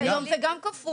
אז היום זה גם כפול.